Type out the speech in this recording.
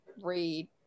read